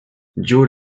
joe